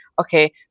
okay